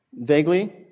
vaguely